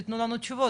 שיתנו לנו תשובות,